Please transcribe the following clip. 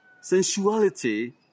sensuality